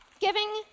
Giving